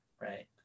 right